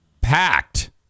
packed